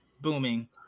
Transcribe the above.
booming